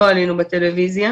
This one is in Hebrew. לא עלינו בטלוויזיה.